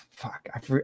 Fuck